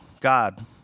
God